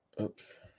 oops